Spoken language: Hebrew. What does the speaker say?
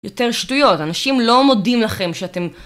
יותר שטויות, אנשים לא מודים לכם שאתם..